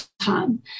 time